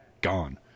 gone